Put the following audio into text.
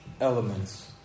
elements